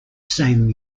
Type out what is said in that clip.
same